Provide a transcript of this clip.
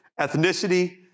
ethnicity